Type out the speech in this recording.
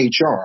HR